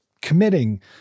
committing